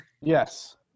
Yes